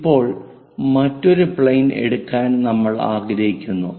ഇപ്പോൾ മറ്റൊരു പ്ലെയിൻ എടുക്കാൻ നമ്മൾ ആഗ്രഹിക്കുന്നു